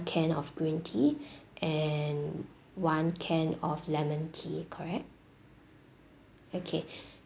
can of green tea and one can of lemon tea correct okay